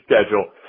schedule